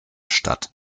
stadt